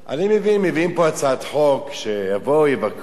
אני מבין, מביאים פה הצעת חוק שיבואו ויבקרו